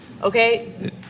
Okay